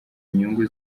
inyungu